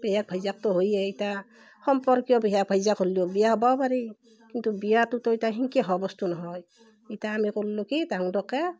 পেহীয়েক ভাইজাক ত' হয়েই ইতা সম্পৰ্কীয় পেহীয়েক ভাইজাক হ'লিও বিয়া হ'বাও পাৰি কিন্তু বিয়াটোতো ইতা তেনেকে হ'বা বস্তু নহয় ইতা আমি কল্লু কি তাহুন দুয়োকে